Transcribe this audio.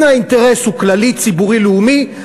אם האינטרס הוא כללי-ציבורי-לאומי,